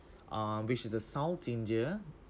uh which is the south india